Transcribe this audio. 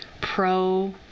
pro